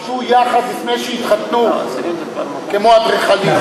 עבדו יחד לפני שהתחתנו, כמו האדריכלים.